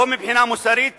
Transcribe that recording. לא מבחינה מוסרית